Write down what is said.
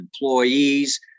employees